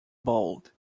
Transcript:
bold